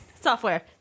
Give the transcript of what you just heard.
software